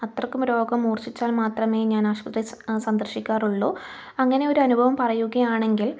അത്രയ്ക്കും രോഗം മൂർച്ഛിച്ചാൽ മാത്രമേ ഞാൻ ആശുപത്രി സന്ദർശിക്കാറുള്ളൂ അങ്ങനെ ഒരു അനുഭവം പറയുകയാണെങ്കിൽ